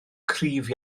cryf